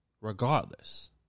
regardless